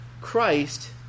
Christ